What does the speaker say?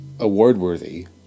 award-worthy